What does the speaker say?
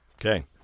Okay